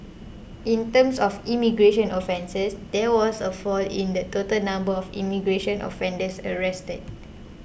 in terms of immigration offences there was a fall in the total number of immigration offenders arrested